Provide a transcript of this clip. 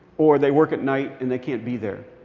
or they work at night, and they can't be there.